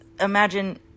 imagine